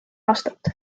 aastat